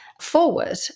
forward